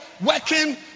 working